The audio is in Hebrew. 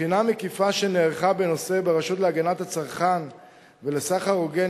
בחינה מקיפה שנערכה בנושא ברשות להגנת הצרכן ולסחר הוגן,